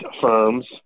firms